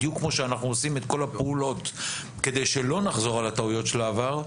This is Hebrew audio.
בדיוק כמו שאנחנו עושים את כל הפעולות כדי שלא נחזור על טעויות העבר,